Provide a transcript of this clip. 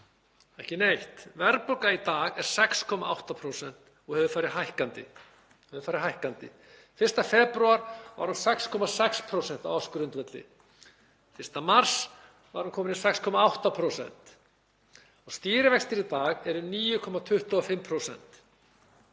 ekki neitt. Verðbólga í dag er 6,8% og hefur farið hækkandi. 1. febrúar var hún 6,6% á ársgrundvelli, 1. mars var hún komin í 6,8%. Stýrivextir í dag eru 9,25%.